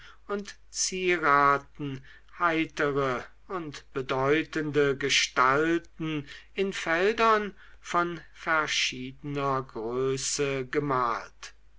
und zieraten heitere und bedeutende gestalten in feldern von verschiedener größe gemalt